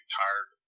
tired